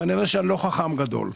כנראה שאני לא חכם גדול.